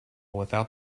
without